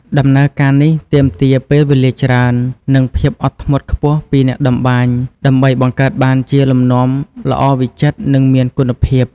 ដំណើរការនេះទាមទារពេលវេលាច្រើន និងភាពអត់ធ្មត់ខ្ពស់ពីអ្នកតម្បាញ ដើម្បីបង្កើតបានជាលំនាំល្អវិចិត្រ និងមានគុណភាព។